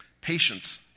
Patience